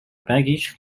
baggage